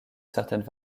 certaines